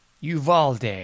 Uvalde